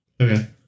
Okay